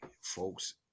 folks